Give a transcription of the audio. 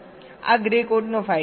આ ગ્રે કોડનો ફાયદો છે